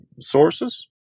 sources